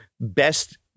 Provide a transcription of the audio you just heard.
best